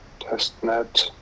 testnet